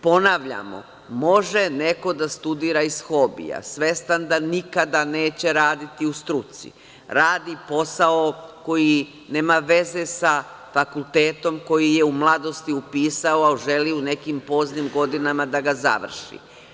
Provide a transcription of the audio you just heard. Ponavljamo, može neko da studira iz hobija, svestan da nikada neće raditi u struci, radi posao koji nema veze sa fakultetom koji je u mladosti upisao, a želi u nekim poznim godinama da ga završi.